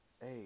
Hey